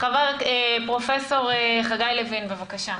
פרופ' חגי לוין, בבקשה.